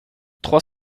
trois